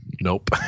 Nope